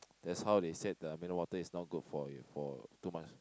that's how they said the mineral water is not good for you for two months